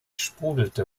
sprudelte